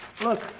look